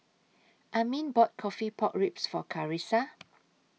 Armin bought Coffee Pork Ribs For Karissa